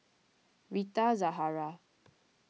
Rita Zahara